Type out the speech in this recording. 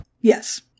Yes